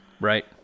Right